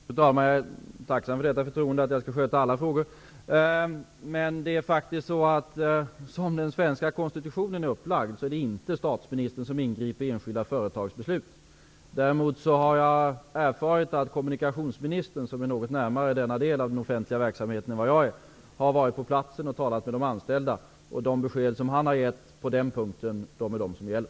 Fru talman! Jag är tacksam för förtroendet att svara på alla frågor. Som den svenska konstitutionen är upplagd skall statsministern inte ingripa i enskilda företags beslut. Däremot har jag erfarit att kommunikationsministern -- som är något närmare denna del av den offentliga verksamheten än vad jag är -- har varit på plats och talat med de anställda. De besked som han har gett på den punkten gäller.